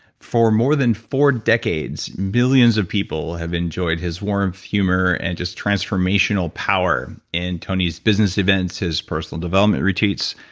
for more than four decades, millions of people have enjoyed his warmth, humor, and just transformational power in tony's business events, his personal development retreats,